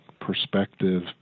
perspective